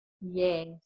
Yes